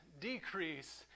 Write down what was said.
decrease